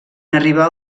arribar